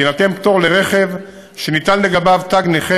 כי יינתן פטור לרכב שניתן לגביו תג נכה